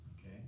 Okay